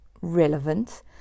relevant